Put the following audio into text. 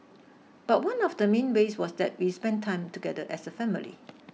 but one of the main ways was that we spent time together as a family